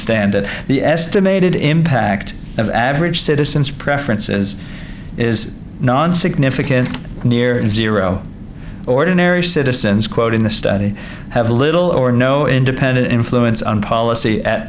stand the estimated impact of average citizens preferences is non significant near zero ordinary citizens quote in the study have little or no independent influence on policy at